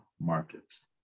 markets